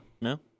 No